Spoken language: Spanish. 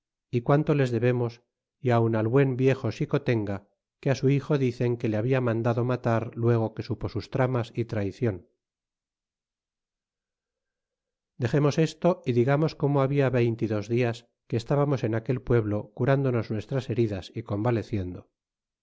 y quanto les debemos y aun al buen viejo xicotenga que á su hijo dicen que le habia mandado matar luego que supo sus tramas y traicion dexemos esto y digamos como habia veinte y dos dias que estábamos en aquel pueblo curándonos nuestras heridas y convaleciendo